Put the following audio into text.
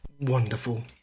wonderful